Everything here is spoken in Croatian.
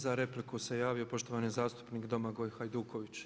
Za repliku se javio poštovani zastupnik Domagoj Hajduković.